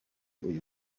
uyu